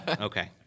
okay